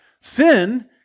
sin